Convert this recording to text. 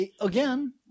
again